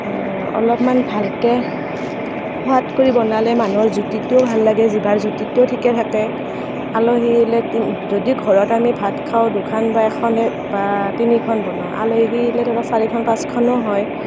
অলপমান ভালকৈ সোৱাদ কৰি বনালে মানুহৰ জুতিটোও ভাল লাগে জিভাৰ জুতিটোও ঠিকে থাকে আলহী আহিলে তিন যদি ঘৰত আমি ভাত খাওঁ দুখন বা এখনে বা তিনিখন বনাওঁ আলহী আহিলে ধৰক চাৰিখন পাঁচখনো হয়